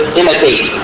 imitate